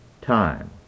time